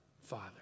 Father